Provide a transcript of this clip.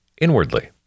inwardly